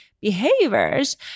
behaviors